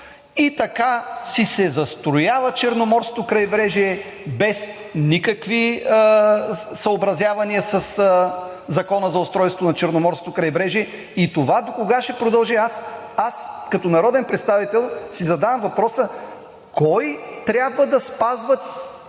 Така си се застроява Черноморското крайбрежие, без никакви съобразявания със Закона за устройството на Черноморското крайбрежие. И това докога ще продължи? Аз като народен представител си задавам въпроса: кой трябва да спазва